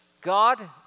God